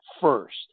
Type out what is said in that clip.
first